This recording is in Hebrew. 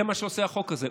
זה מה שעושה החוק הזה.